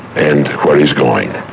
and where he's going.